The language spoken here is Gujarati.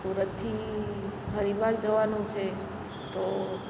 સુરતથી હરિદ્વાર જવાનું છે તો